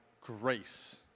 grace